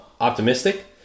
optimistic